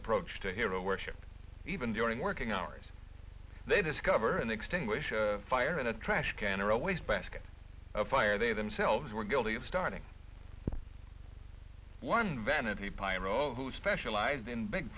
approach to hero worship even during working hours they discover and extinguish a fire in a trash can or a wastebasket a fire they themselves were guilty of starting one vanity pyro who specialized in big